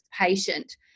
patient